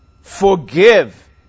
forgive